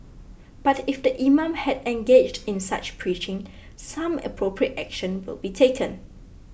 but if the imam had engaged in such preaching some appropriate action will be taken